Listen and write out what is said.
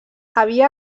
havia